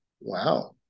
wow